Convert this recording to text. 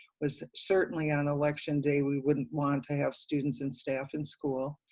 was certainly on election day we wouldn't want to have students and staff in school.